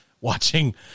watching